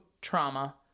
trauma